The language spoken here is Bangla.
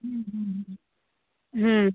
হুম হুম হুম হুম